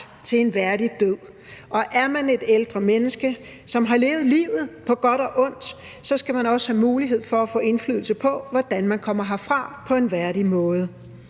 til en værdig død, og er man et ældre menneske, som har levet livet på godt og ondt, skal man også have mulighed for at få indflydelse på, hvordan man kommer herfra på en værdig måde.